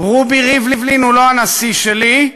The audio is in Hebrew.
רובי ריבלין הוא לא הנשיא שלי,